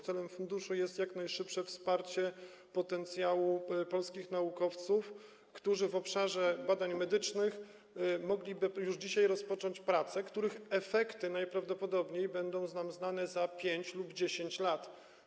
Celem funduszu jest jak najszybsze wsparcie potencjału polskich naukowców, którzy w obszarze badań medycznych mogliby już dzisiaj rozpocząć prace, których efekty najprawdopodobniej będą znane za 5 lub 10 lat.